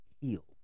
heal